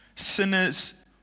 Sinners